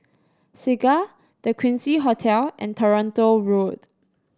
Segar The Quincy Hotel and Toronto Road